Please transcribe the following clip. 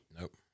Nope